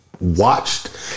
watched